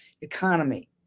economy